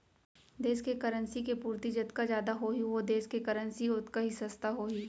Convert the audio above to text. देस के करेंसी के पूरति जतका जादा होही ओ देस के करेंसी ओतका ही सस्ता होही